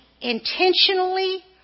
intentionally